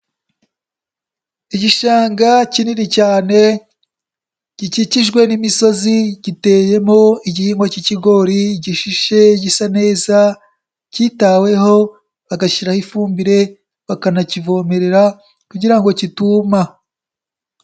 Igishanga kinini cyane gikikijwe n'imisozi giteyemo igihingwa k'ikigori gihishe gisa neza kitaweho, bagashyiraho ifumbire, bakanakivomerera kugira ngo kituma.